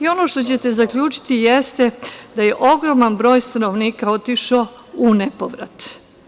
Ono što ćete zaključiti jeste da je ogroman broj stanovnika otišao u nepovrat.